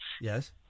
Yes